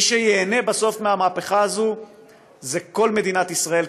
מי שייהנה בסוף מהמהפכה הזאת זה כל מדינת ישראל,